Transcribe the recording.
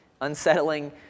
unsettling